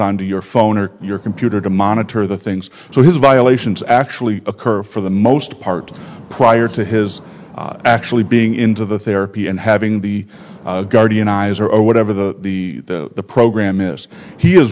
on to your phone or your computer to monitor the things so his violations actually occur for the most part prior to his actually being into the therapy and having the guardian eyes or or whatever the the the program is he is